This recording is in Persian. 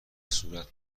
صورت